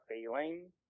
feeling